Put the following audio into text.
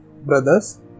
Brothers